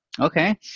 Okay